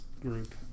group